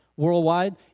Worldwide